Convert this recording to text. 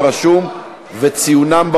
שולח על גבי דבר דואר רשום וציונם בהודעה),